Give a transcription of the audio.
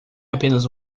apenas